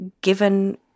given –